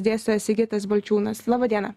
dėstytojas sigitas balčiūnas laba diena